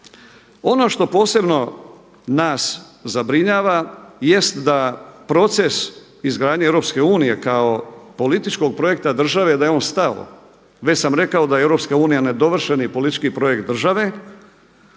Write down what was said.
Ono što posebno nas zabrinjava, jest da proces izgradnje Europske unije kao političkog projekta države da je on stao. Već sam rekao da je Europska unija nedovršeni politički projekt države.